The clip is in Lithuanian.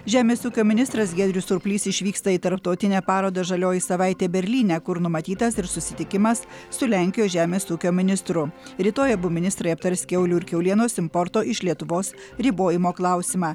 žemės ūkio ministras giedrius surplys išvyksta į tarptautinę parodą žalioji savaitė berlyne kur numatytas ir susitikimas su lenkijos žemės ūkio ministru rytoj abu ministrai aptars kiaulių ir kiaulienos importo iš lietuvos ribojimo klausimą